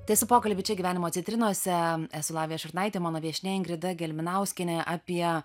tęsiu pokalbį čia gyvenimo citrinose esu lavija šurnaitė mano viešnia ingrida gelminauskienė apie